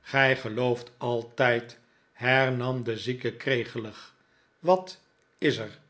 gij gelooft altijd hernam de zieke kregelig wat is er